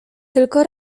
tylko